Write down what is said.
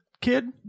kid